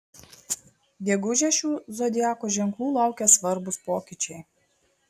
gegužę šių zodiako ženklų laukia svarbūs pokyčiai